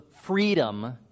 freedom